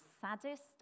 saddest